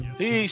Peace